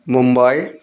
Mumbai